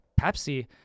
Pepsi